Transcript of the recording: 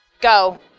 Go